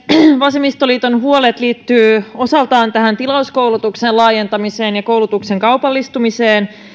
vasemmistoliiton huolet liittyvät osaltaan tähän tilauskoulutuksen laajentamiseen ja koulutuksen kaupallistumiseen mutta